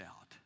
out